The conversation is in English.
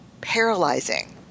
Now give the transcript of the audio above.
paralyzing